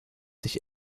sich